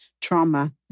trauma